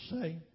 say